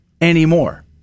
anymore